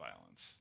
violence